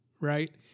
right